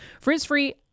Frizz-free